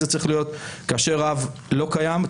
כאשר רב לא קיים,